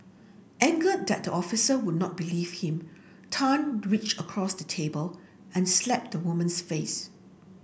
angered that the officer would not believe him Tan reached across the table and slapped the woman's face